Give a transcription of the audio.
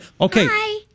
Okay